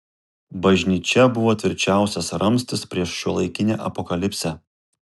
bažnyčia buvo tvirčiausias ramstis prieš šiuolaikinę apokalipsę